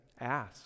ask